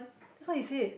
that's what he said